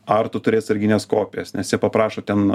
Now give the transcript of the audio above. ar tu turi atsargines kopijas nes jie paprašo ten